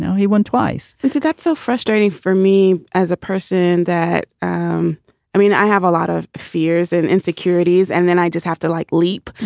he won twice that's it. that's so frustrating for me as a person that um i mean, i have a lot of fears and insecurities. and then i just have to like leap.